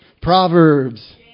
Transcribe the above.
Proverbs